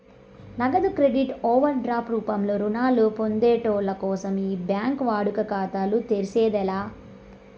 నగదు credit over drop రూపంలో రుణాలు పొందేటోళ్ళ కోసం ఏ బ్యాంకి వాడుక ఖాతాలు తెర్సేది లా